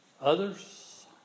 Others